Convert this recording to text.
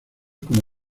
como